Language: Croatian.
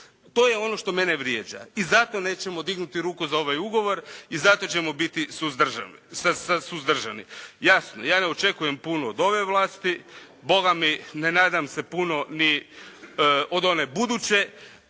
To je ono što mene vrijeđa. I zato nećemo dignuti ruku za ovaj ugovor i zato ćemo biti suzdržani. Jasno ja ne očekujem puno od ove vlasti. Bogami ne nadam se ni puno od one buduće.